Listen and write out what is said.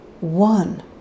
one